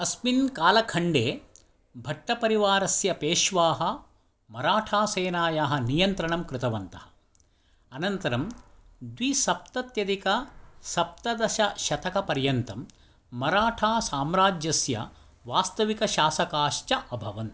अस्मिन् कालखण्डे भट्टपरिवारस्य पेश्वाः मराठासेनायाः नियन्त्रणं कृतवन्तः अनन्तरं द्विसप्त्यादिकसप्तदशशतकपर्यन्तं मराठासाम्राज्यस्य वास्तविकशासकाश्च अभवन्